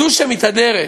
זו שמתהדרת,